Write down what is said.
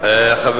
חבר